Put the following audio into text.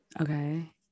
Okay